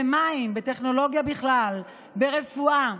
במים, בטכנולוגיה בכלל, ברפואה.